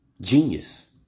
genius